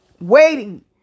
waiting